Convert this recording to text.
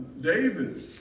David